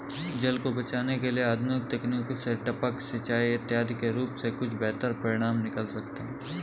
जल को बचाने के लिए आधुनिक तकनीक से टपक सिंचाई इत्यादि के प्रयोग से कुछ बेहतर परिणाम निकल सकते हैं